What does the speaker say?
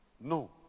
No